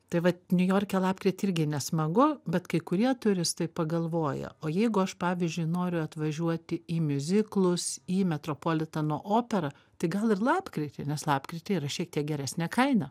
tai vat niujorke lapkritį irgi nesmagu bet kai kurie turistai pagalvoja o jeigu aš pavyzdžiui noriu atvažiuoti į miuziklus į metropolitano operą tai gal ir lapkritį nes lapkritį yra šiek tiek geresnė kaina